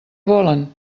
volen